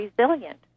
resilient